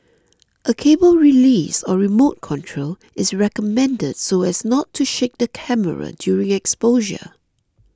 a cable release or remote control is recommended so as not to shake the camera during exposure